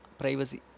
privacy